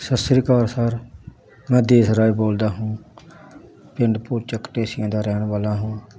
ਸਤਿ ਸ਼੍ਰੀ ਅਕਾਲ ਸਰ ਮੈਂ ਦੇਸਰਾਏ ਬੋਲਦਾ ਹੂੰ ਪਿੰਡ ਪੋਚਕ ਢੇਸੀਆਂ ਦਾ ਰਹਿਣ ਵਾਲਾ ਹਾਂ